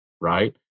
right